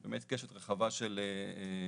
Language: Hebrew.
באמת קשת רחבה של עובדים.